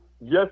Yes